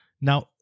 Now